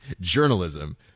journalism